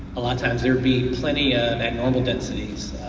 a lot of times, there'll be plenty of abnormal densities,